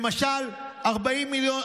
למשל 40 מיליון.